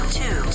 two